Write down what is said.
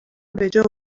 بجا